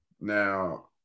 Now